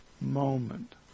moment